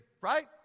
right